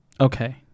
Okay